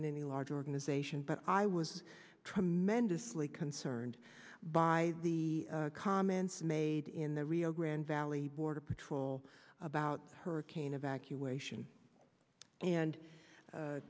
in any large organization but i was tremendously concerned by the comments made in the rio grande valley border patrol about hurricane evacuation and